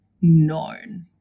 known